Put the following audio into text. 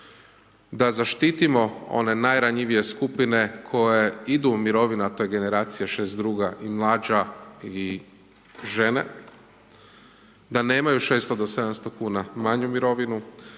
da zaštitimo one najranjivije skupine koje idu u mirovinu a to je generacija 62. i mlađa i žene. Da nemaju 600 do 700 kuna manju mirovinu